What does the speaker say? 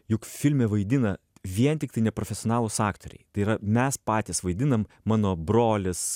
juk filme vaidina vien tiktai neprofesionalūs aktoriai tai yra mes patys vaidinam mano brolis